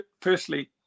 firstly